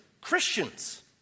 Christians